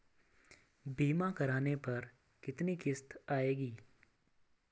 बीमा करने पर कितनी किश्त आएगी?